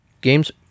game's